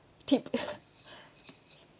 tip